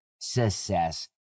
success